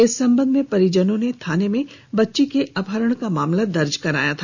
इस संबंध में परिजनों ने थाना में बच्ची का अपहरण का मामला दर्ज कराया था